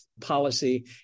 policy